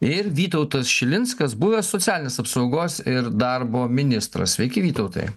ir vytautas šilinskas buvęs socialinės apsaugos ir darbo ministras sveiki vytautai